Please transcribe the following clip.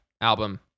album